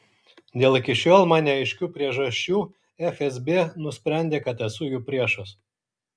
dėl iki šiol man neaiškių priežasčių fsb nusprendė kad esu jų priešas